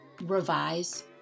revise